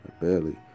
barely